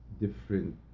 different